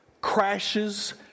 crashes